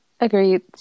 Agreed